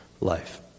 life